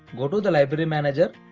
go to the library manager,